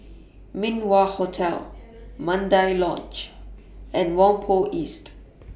Min Wah Hotel Mandai Lodge and Whampoa East